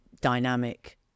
dynamic